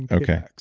and okay.